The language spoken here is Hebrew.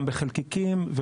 גם בחלקיקים,